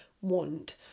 want